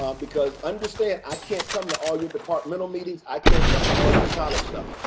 um because understand, i can't come to all your departmental meetings, i can't come to all your college stuff.